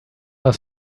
are